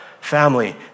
Family